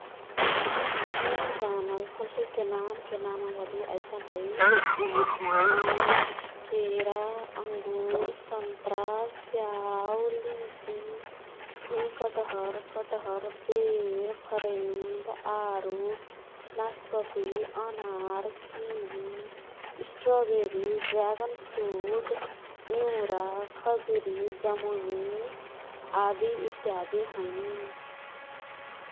मोर् जानल फलफुलके नामके नामावली ऐसन है। आम ,केरा, अंगुर, सन्तरा, स्याउ, लिची, भुइँकटहर, कटहर, बेर, फरेंद, आरु, नास्पति, अनार, किवी, स्ट्राबेरी, ड्रागन फ्रुट, इउरा, खजुरी, जमुनी आदि इत्यादी हैं।